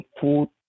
food